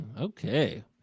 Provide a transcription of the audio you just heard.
Okay